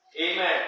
Amen